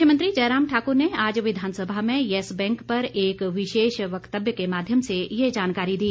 मुख्यमंत्री जयराम ठाकुर ने आज विधानसभा में येस बैंक पर एक विशेष व्यक्तव्य के माध्यम से ये जानकारी दी